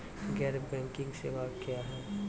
गैर बैंकिंग सेवा क्या हैं?